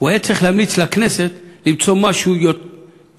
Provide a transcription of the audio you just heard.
הוא היה צריך להמליץ לכנסת למצוא משהו שוויוני,